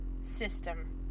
system